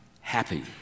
happy